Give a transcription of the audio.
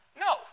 No